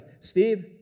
Steve